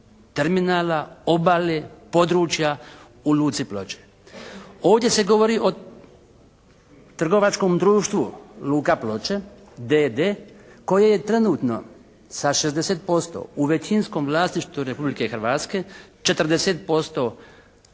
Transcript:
terminala, obale, područja u luci Ploče. Ovdje se govori o trgovačkom društvu luka Ploče, d.d. koje je trenutno sa 60% u većinskom vlasništvu Republike Hrvatske, 40%